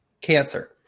cancer